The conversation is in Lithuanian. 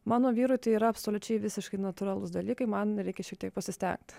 mano vyrui tai yra absoliučiai visiškai natūralūs dalykai man reikia šiek tiek pasistengt